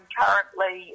currently